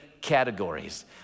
categories